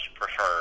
preferred